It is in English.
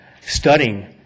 studying